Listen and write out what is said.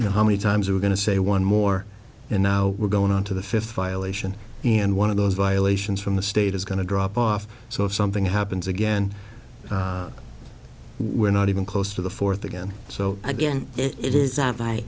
you know how many times we're going to say one more and now we're going on to the fifth violation and one of those violations from the state is going to drop off so if something happens again we're not even close to the fourth again so again it is that